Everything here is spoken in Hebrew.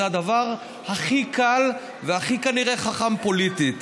זה הדבר הכי קל והכי, כנראה, חכם פוליטית.